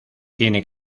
tiene